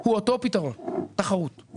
הוא אותו פתרון תחרות.